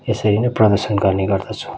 यसरी नै प्रदर्शन गर्ने गर्दछु